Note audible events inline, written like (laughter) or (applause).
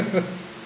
(laughs)